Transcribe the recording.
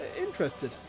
interested